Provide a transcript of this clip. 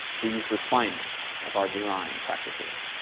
these refinements of our design practices.